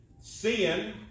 sin